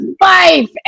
life